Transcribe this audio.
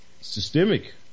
systemic